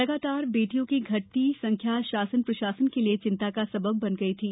लगातार बेटियों की घटती संख्या शासन प्रशासन के लिए चिंता का सबब बन गई थी